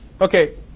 Okay